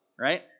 Right